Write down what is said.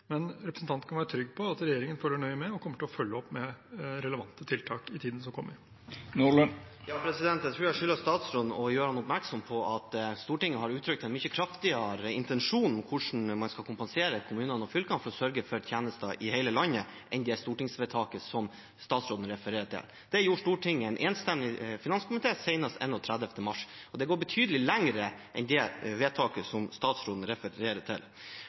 Men representanten kan være trygg på at regjeringen følger nøye med og kommer til å følge opp med relevante tiltak i tiden som kommer. Jeg tror jeg skylder statsråden å gjøre ham oppmerksom på at Stortinget har uttrykt en mye kraftigere intensjon om hvordan man skal kompensere kommunene og fylkene for å sørge for tjenester i hele landet, enn det stortingsvedtaket som statsråden refererer til. Det gjorde Stortinget i en enstemmig finanskomité senest 31. mars. Det går betydelig lenger enn det vedtaket som statsråden refererer til.